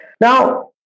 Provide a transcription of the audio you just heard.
Now